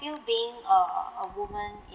feel being a a woman